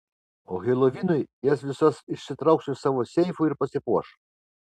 o helovinui jas visas išsitrauks iš savo seifų ir pasipuoš